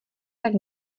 tak